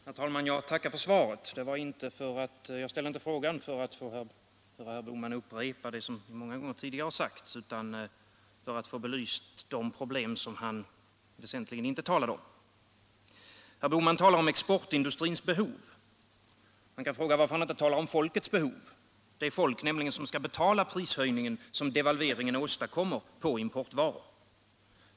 Herr talman! Jag tackar för svaret på min fråga. Jag ställde inte frågan för att få höra herr Bohman upprepa det som många gånger tidigare har sagts utan för att få också de problem som han väsentligen inte tar upp belysta. Herr Bohman talar om exportindustrins behov. Man kan fråga varför han inte talar om folkets behov — dvs. det folk som skall betala den prishöjning som devalveringen åstadkommer på importvaror?